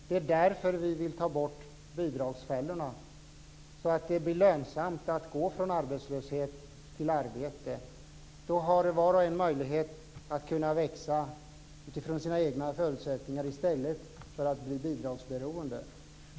Det är därför vi vill ta bort bidragsfällorna så att det blir lönsamt att gå från arbetslöshet till arbete. Då har var och en möjlighet att växa utifrån sina egna förutsättningar i stället för att bli bidragsberoende.